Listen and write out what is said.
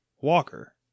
Walker